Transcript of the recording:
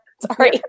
sorry